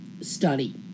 study